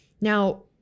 Now